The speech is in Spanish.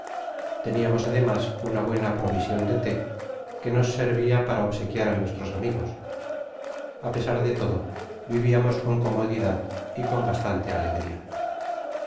teniamos ademas una buena provision do té qué nos servia para obsequiar k nuestros amigos a pesar do todo vivianos con comodidad y con bastante alegria